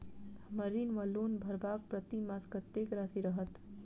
हम्मर ऋण वा लोन भरबाक प्रतिमास कत्तेक राशि रहत?